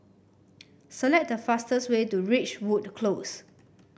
select the fastest way to Ridgewood Close